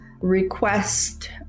request